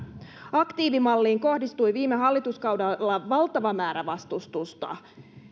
aktiivimalliin kohdistui viime hallituskaudella valtava määrä vastustusta